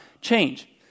change